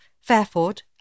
Fairford